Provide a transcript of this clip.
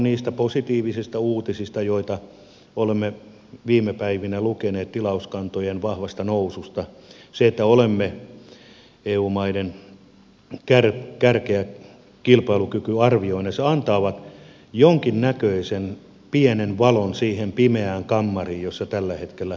ne positiiviset uutiset joita olemme viime päivinä lukeneet tilauskantojen vahvasta noususta ja siitä että olemme eu maiden kärkeä kilpailukykyarvioinneissa antavat jonkinnäköisen pienen valon siihen pimeään kammariin jossa tällä hetkellä vaellamme